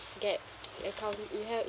get account you have